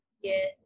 Yes